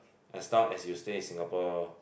as long as you stay in Singapore